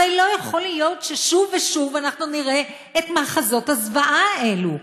הרי לא יכול להיות ששוב ושוב אנחנו נראה את מחזות הזוועה האלו.